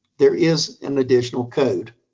there is an additional code.